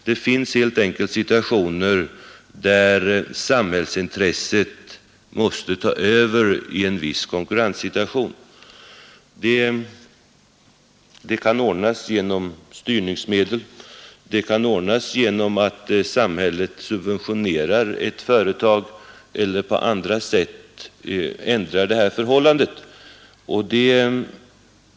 Det blir helt enkelt så att samhällsintresset måste ta över i en viss situation. Detta kan ordnas genom styrningsmedel, det kan ordnas genom att samhället subventionerar företag eller på andra sätt ändrar förhållandena.